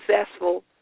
successful